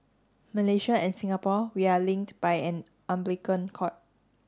Malaysia and Singapore we are linked by an umbilical cord